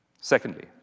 Secondly